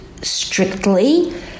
strictly